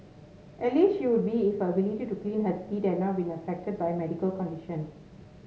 at least she would be if her ability to clean her teeth had not been affected by her medical conditions